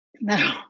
no